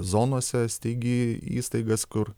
zonose steigi įstaigas kur